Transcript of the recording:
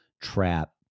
trap